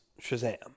Shazam